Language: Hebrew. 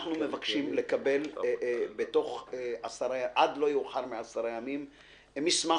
אנחנו מבקשים עד לא יאוחר מ-10 ימים מסמך,